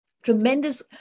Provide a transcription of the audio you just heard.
tremendous